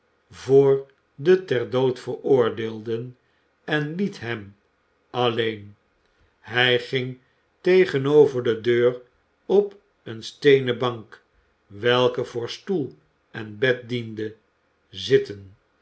voor de ter dood veroordeelden en liet hem alleen hij ging tegenover de deur op eene steenen bank welke voor stoel en bed diende zitten